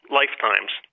lifetimes